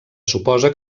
suposa